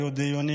היו דיונים